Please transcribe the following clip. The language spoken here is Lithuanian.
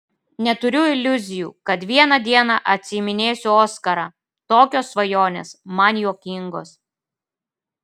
neturiu iliuzijų kad vieną dieną atsiiminėsiu oskarą tokios svajonės man juokingos